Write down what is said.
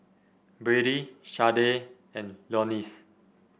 Brady Sharday and Leonce